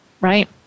right